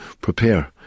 prepare